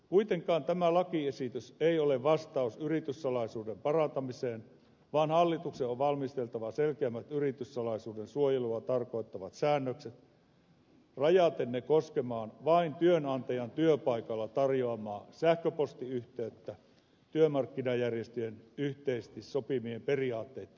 kuitenkaan tämä lakiesitys ei ole vastaus yrityssalaisuuden parantamiseen vaan hallituksen on valmisteltava selkeämmät yrityssalaisuuden suojelua tarkoittavat säännökset rajaten ne koskemaan vain työnantajan työpaikalla tarjoamaa sähköpostiyhteyttä työmarkkinajärjestöjen yhteisesti sopimien periaatteitten pohjalta